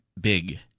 big